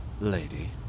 Lady